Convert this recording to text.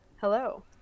Hello